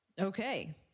Okay